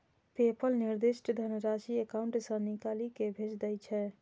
PayPal निर्दिष्ट धनराशि account सं निकालि कें भेज दै छै